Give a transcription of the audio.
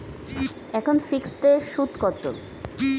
এখন ফিকসড এর সুদ কত?